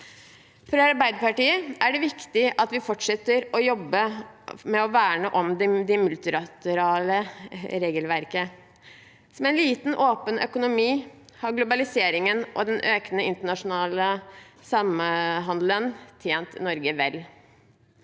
For Arbeiderpartiet er det viktig at vi fortsetter å jobbe med å verne om det multilaterale regelverket. Med en liten, åpen økonomi har globaliseringen og den økende internasjonale samhandelen tjent Norge vel.